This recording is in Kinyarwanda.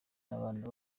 abana